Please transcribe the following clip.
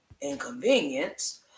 inconvenience